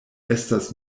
estas